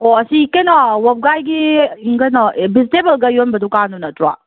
ꯑꯣ ꯑꯁꯤ ꯀꯩꯅꯣ ꯋꯥꯕꯒꯥꯏꯒꯤ ꯀꯩꯅꯣ ꯑꯦ ꯕꯦꯖꯤꯇꯦꯕꯜꯒ ꯌꯣꯟꯕ ꯗꯨꯀꯥꯟꯗꯨ ꯅꯠꯇ꯭ꯔꯣ